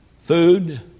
Food